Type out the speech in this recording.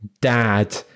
dad